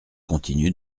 continue